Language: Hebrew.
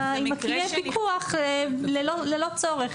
עם כלי הפיקוח ללא צורך,